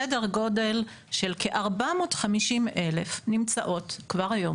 סדר גודל של כ-450,000 נמצאות כבר היום